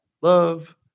love